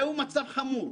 זהו מצב חמור,